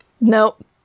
Nope